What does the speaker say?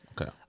Okay